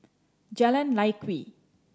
Jalan Lye Kwee